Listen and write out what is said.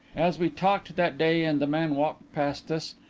as we talked that day and the man walked past us,